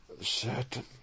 certain